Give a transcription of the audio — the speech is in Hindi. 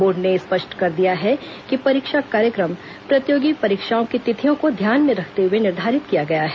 बोर्ड ने स्पष्ट कर दिया है कि परीक्षा कार्यक्रम प्रतियोगी परीक्षाओं की तिथियों को ध्यान में रखते हुए निर्धारित किया गया है